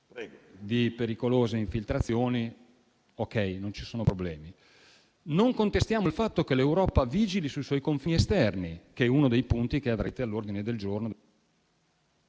di pericolose infiltrazioni non ci sono problemi. Non contestiamo il fatto che l'Europa vigili sui suoi confini esterni, che è uno dei punti che avrete all'ordine del giorno.